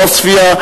עוספיא,